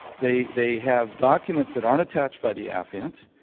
they they have documents that aren't attached by the affiant.